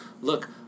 look –